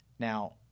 Now